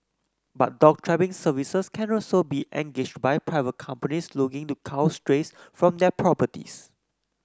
but dog trapping services can also be engaged by private companies looking to cull strays from their properties